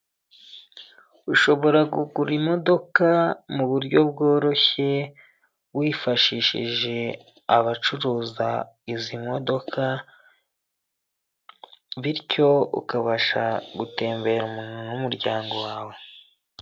Ushobora kugura imodoka mu buryo bworoshye wifashishije abacuruza izi modoka, bityo ukabasha gutemberana n'umuryango wawe.